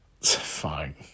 Fine